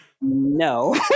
no